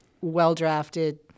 well-drafted